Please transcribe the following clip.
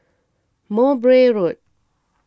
Mowbray Road